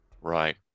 right